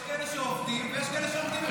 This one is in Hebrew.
יש כאלה שעובדים ויש כאלה שעומדים ומדברים.